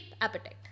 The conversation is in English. appetite